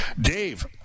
Dave